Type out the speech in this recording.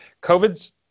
COVID's